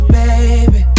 baby